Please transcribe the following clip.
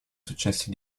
successi